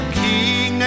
king